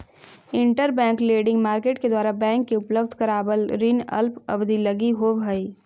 interbank lending market के द्वारा bank के उपलब्ध करावल ऋण अल्प अवधि लगी होवऽ हइ